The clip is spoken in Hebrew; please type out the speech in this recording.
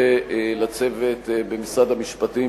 ולצוות במשרד המשפטים,